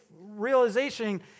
realization